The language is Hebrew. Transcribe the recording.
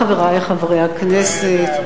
חברי חברי הכנסת,